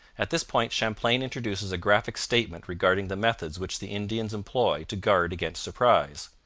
at this point champlain introduces a graphic statement regarding the methods which the indians employ to guard against surprise.